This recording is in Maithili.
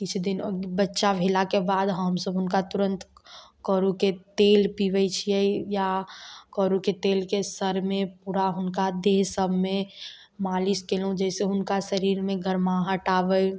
किछु दिन बच्चा भेलाके बाद हमसभ हुनका तुरन्त करूके तेल पिबै छियै या करू के तेल के सर मे पूरा हुनका देह सभमे मालिस केलहुॅं जाहिसऽ हुनका शरीरमे गरमाहट आबै